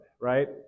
right